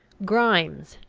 grimes,